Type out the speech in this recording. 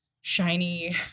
shiny